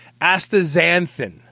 astaxanthin